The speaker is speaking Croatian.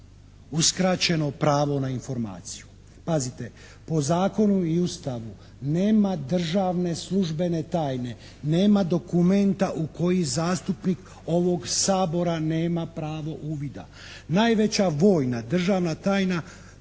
uskraćeno pravo na informaciju.